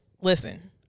listen